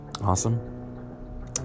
Awesome